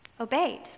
obeyed